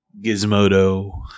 Gizmodo